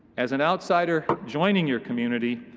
as an outsider joining your community,